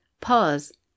pause